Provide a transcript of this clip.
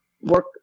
work